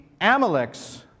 Amaleks